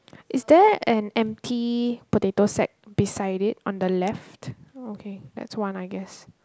is there an empty potato sack beside it on the left okay that's one I guess